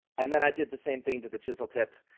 and then i did the same thing to the chiseled tip.